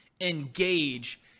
engage